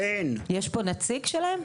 יש פה נציג שלהם?